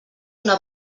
una